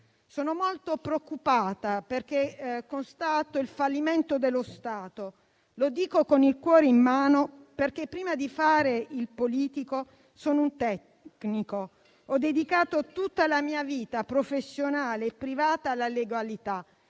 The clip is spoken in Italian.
Sono molto preoccupata, perché constato il fallimento dello Stato. Lo dico con il cuore in mano, perché, prima di fare il politico, sono un tecnico. Ho dedicato tutta la mia vita professionale e privata alla legalità.